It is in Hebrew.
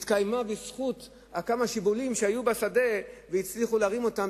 התקיימה בזכות כמה שיבולים שהיו בשדה והצליחו להרים אותן,